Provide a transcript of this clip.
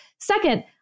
Second